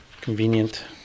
convenient